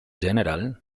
general